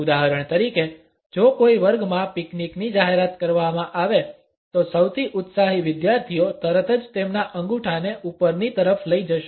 ઉદાહરણ તરીકે જો કોઈ વર્ગમાં પિકનિક ની જાહેરાત કરવામાં આવે તો સૌથી ઉત્સાહી વિદ્યાર્થીઓ તરત જ તેમના અંગૂઠાને ઉપરની તરફ લઈ જશે